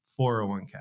401k